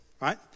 Right